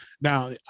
now